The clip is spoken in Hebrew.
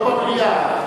לא במליאה.